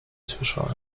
słyszałem